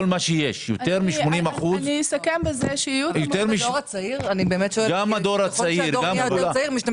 גם הדור הצעיר?